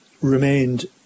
remained